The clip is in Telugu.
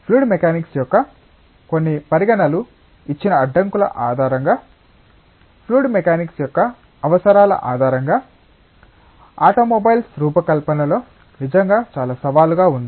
ఫ్లూయిడ్ మెకానిక్స్ యొక్క కొన్ని పరిగణనలు ఇచ్చిన అడ్డంకుల ఆధారంగా ఫ్లూయిడ్ మెకానిక్స్ యొక్క అవసరాల ఆధారంగా ఆటోమొబైల్స్ రూపకల్పనలో నిజంగా చాలా సవాలు ఉంది